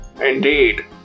Indeed